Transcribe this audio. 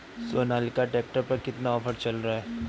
Sonalika tractor पर कितना offer चल रहा है?